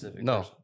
No